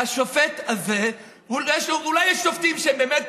השופט הזה, אולי יש שופטים שהם באמת